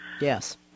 yes